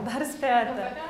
dar spėjote